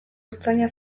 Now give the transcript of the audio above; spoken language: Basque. ertzaina